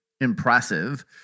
impressive